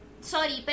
sorry